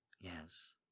Yes